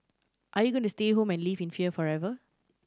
are you going to stay home and live in fear forever